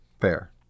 Fair